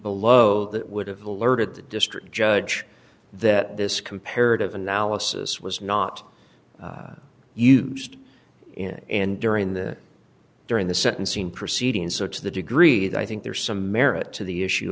below that would have alerted the district judge that this comparative analysis was not used in and during the during the sentencing proceeding so to the degree that i think there's some merit to the issue